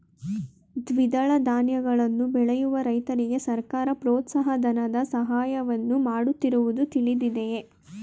ದ್ವಿದಳ ಧಾನ್ಯಗಳನ್ನು ಬೆಳೆಯುವ ರೈತರಿಗೆ ಸರ್ಕಾರ ಪ್ರೋತ್ಸಾಹ ಧನದ ಸಹಾಯವನ್ನು ಮಾಡುತ್ತಿರುವುದು ತಿಳಿದಿದೆಯೇ?